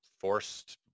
forced